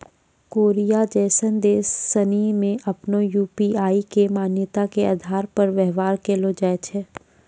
Korea जैसन देश सनि मे आपनो यू.पी.आई के मान्यता के आधार पर व्यवहार कैलो जाय छै